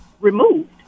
removed